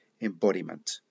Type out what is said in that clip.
embodiment